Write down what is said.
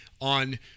on